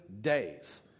days